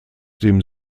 dem